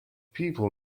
people